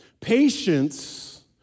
Patience